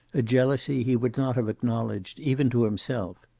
a jealousy he would not have acknowledged even to himself.